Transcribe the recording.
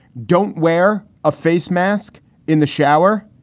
don't wear a face mask in the shower,